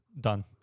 done